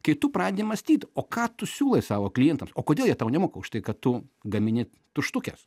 kai tu pradedi mąstyt o ką tu siūlai savo klientams o kodėl jie tau nemoka už tai kad tu gamini tuštukes